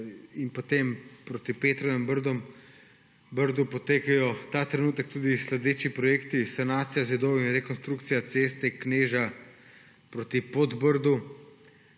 potem proti Petrovem Brdu potekajo ta trenutek tudi naslednji projekti. Sanacija zidov in rekonstrukcija ceste Kneža proti Podbrdu,